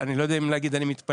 אני לא יודע אם להגיד שאני מתפלל,